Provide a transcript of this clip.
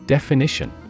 Definition